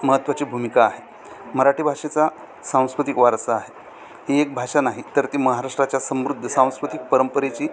महत्त्वाची भूमिका आहे मराठी भाषेचा सांस्कृतिक वारसा आहे ही एक भाषा नाही तर ती महाराष्ट्राच्या समृद्ध सांस्कृतिक परंपरेची